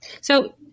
So-